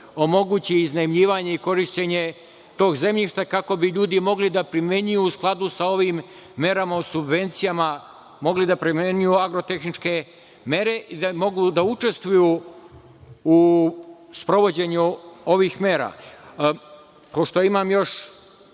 omogući iznajmljivanje i korišćenje tog zemljišta, kako bi ljudi mogli da primenjuju u skladu sa ovim merama o subvencijama agrotehničke mere i da mogu da učestvuju u sprovođenju ovih mera. Pošto imam još